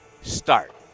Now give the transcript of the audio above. start